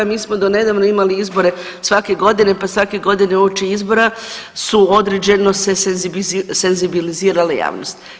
Mi smo donedavno imali izbore svake godine, pa svake godine uoči izbora su određeno se senzibilizirali javnost.